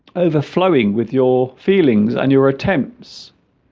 overflowing with your feelings and your attempts